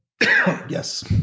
Yes